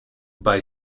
buy